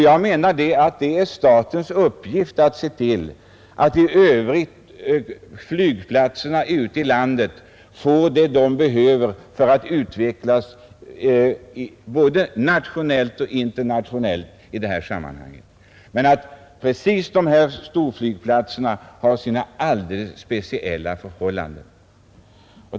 Jag anser att det är statens uppgift att se till att flygplatserna i övrigt ute i landet får vad de behöver för att utvecklas både nationellt och internationellt men att storflygplatserna har sina alldeles speciella förhållanden.